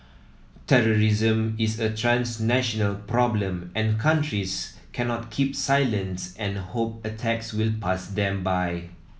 terrorism is a transnational problem and countries cannot keep silent and hope attacks will pass them by